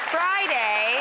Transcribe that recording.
Friday